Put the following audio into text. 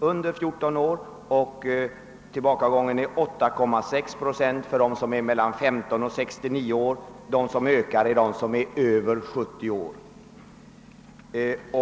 under 14 år och 8,6 procent bland dem som är mellan 15 och 69 år, medan antalet över 70 år ökar.